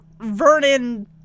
Vernon